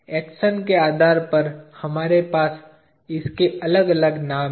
action के आधार पर हमारे पास इसके अलग अलग नाम हैं